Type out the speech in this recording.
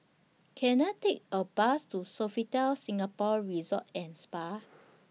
Can I Take A Bus to Sofitel Singapore Resort and Spa